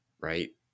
right